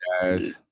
guys